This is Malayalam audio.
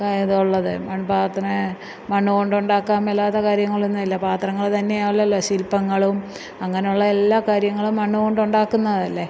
ഇതുള്ളത് മൺപാത്ര മണ്ണുകൊണ്ട് ഉണ്ടാക്കാൻ മേലാത്ത കാര്യങ്ങൾ ഒന്നുമില്ല പാത്രങ്ങൾ തന്നെയല്ലല്ലോ ശില്പങ്ങളും അങ്ങനെയുള്ള എല്ലാ കാര്യങ്ങളും മണ്ണുകൊണ്ട് ഉണ്ടാക്കുന്നതല്ലേ